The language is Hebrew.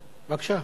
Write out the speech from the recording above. בבקשה.